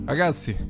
Ragazzi